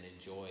enjoy